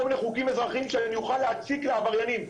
מיני חוקים אזרחיים שאני אוכל להציק לעבריינים.